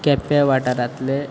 केप्यां वाटारांतले